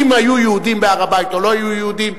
האם היו יהודים בהר-הבית או לא היו יהודים,